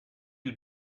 you